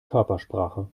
körpersprache